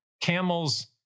camels